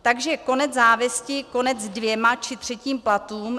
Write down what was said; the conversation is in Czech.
Takže konec závisti, konec dvěma či třetím platům.